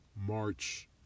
march